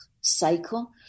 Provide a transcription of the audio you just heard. cycle